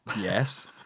yes